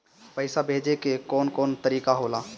पइसा भेजे के कौन कोन तरीका होला?